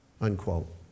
Unquote